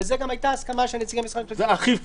והיתה גם הסכמה של נציגי משרד המשפטים לזה -- זה אכיפה,